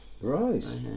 Right